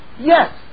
yes